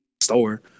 store